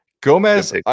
Gomez